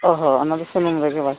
ᱚ ᱦᱚᱸ ᱚᱱᱟ ᱫᱚ ᱥᱩᱱᱩᱢ ᱨᱮᱜᱮ